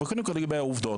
אבל קודם כל לגבי העובדות,